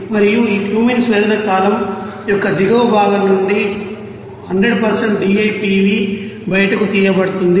మరియు ఈ క్యూమెన్ స్వేదనం కాలమ్ యొక్క దిగువ భాగం నుండి 100 DIPV బయటకు తీయబడుతుంది